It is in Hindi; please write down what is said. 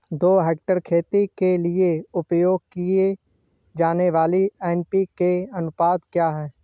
दो हेक्टेयर खेती के लिए उपयोग की जाने वाली एन.पी.के का अनुपात क्या है?